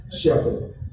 shepherd